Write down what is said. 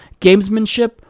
Gamesmanship